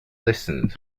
listened